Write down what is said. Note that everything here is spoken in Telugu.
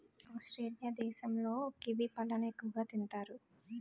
ఆస్ట్రేలియా దేశంలో కివి పళ్ళను ఎక్కువగా తింతారు